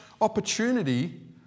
opportunity